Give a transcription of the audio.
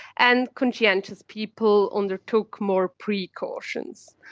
and conscientious people undertook more precautions.